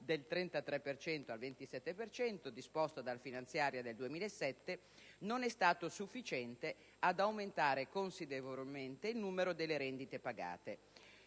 dal 33 al 27 per cento disposto dalla finanziaria del 2007 non è stato sufficiente ad aumentare considerevolmente il numero delle rendite pagate: